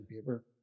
paper